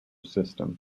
system